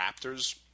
raptors